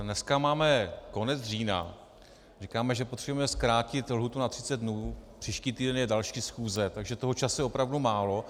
Dneska máme konec října, říkáme, že potřebujeme zkrátit lhůtu na třicet dnů, příští týden je další schůze, takže toho času je opravdu málo.